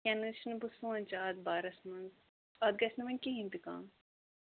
کیٚنٛہہ نہَ حظ چھُنہٕ بہٕ سونٛچہٕ اَتھ بارَس منٛز اَتھ گژھِ نہٕ وۅنۍ کِہیٖنٛۍ تہِ کَم